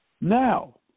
Now